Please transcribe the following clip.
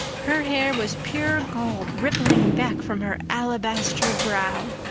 her hair was pure gold rippling back from her alabaster brow.